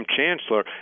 Chancellor